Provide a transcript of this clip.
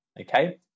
okay